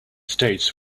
states